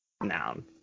noun